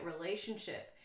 relationship